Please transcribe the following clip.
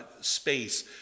space